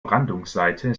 brandungsseite